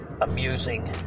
amusing